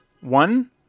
One